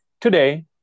Today